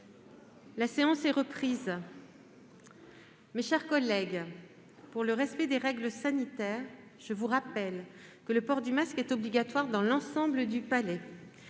La séance est reprise. Mes chers collègues, pour le respect des règles sanitaires, je vous rappelle que le port du masque est obligatoire dans l'ensemble du palais.